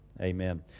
Amen